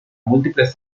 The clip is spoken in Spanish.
múltiples